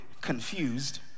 confused